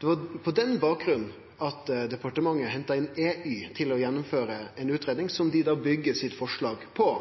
Det var på den bakgrunnen at departementet henta inn EY til å gjennomføre ei utgreiing, som dei byggjer forslaget sitt på.